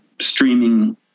streaming